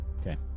Okay